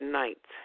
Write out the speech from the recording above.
night